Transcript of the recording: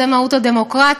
זו מהות הדמוקרטיה.